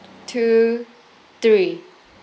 two three